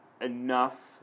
enough